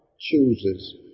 chooses